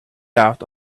out